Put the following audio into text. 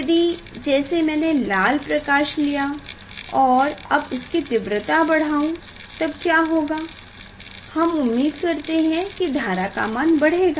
यदि जैसे मैंने यहाँ लाल प्रकाश लिया और अब उसकी तीव्रता बढ़ाऊँ तब क्या होगा हम उम्मीद करते हैं की धारा का मान बढ़ेगा